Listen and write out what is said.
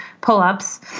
pull-ups